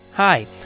Hi